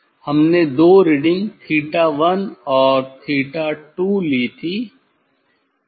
हमने 2 रीडिंग '𝛉1' और '𝛉2' ली थी